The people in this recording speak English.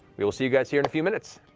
we'll see you guys here in a few minutes.